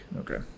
Okay